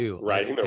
right